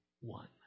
one